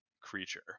creature